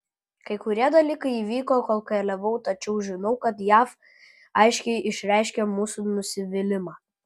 kai kurie dalykai įvyko kol keliavau tačiau žinau kad jav aiškiai išreiškė mūsų nusivylimą